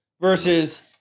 versus